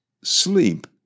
sleep